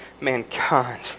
mankind